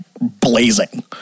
blazing